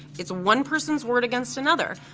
it's one person's word against another.